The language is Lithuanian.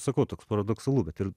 sakau tai paradoksalu bet ir